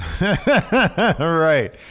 Right